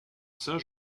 saint